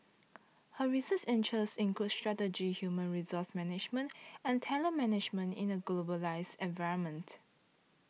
her research interests include strategic human resource management and talent management in a globalised environment